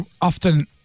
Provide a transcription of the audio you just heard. often